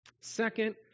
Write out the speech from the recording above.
Second